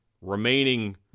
remaining